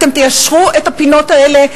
אתם תיישרו את הפינות האלה,